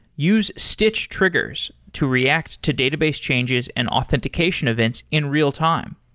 use stitch triggers to react to database changes and authentication events in real-time.